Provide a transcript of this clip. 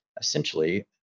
essentially